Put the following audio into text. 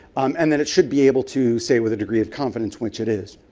um and then it should be able to say with a degree of confidence which it is.